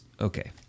Okay